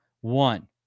one